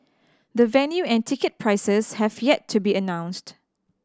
the venue and ticket prices have yet to be announced